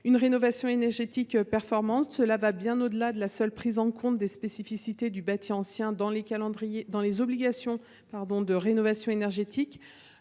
une rénovation énergétique performante. Cette mesure va bien au delà de la seule prise en considération des spécificités du bâti ancien dans les obligations de rénovation énergétique.